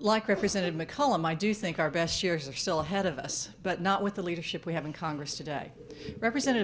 like represented mccullum i do think our best years are still ahead of us but not with the leadership we have in congress today represent